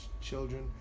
children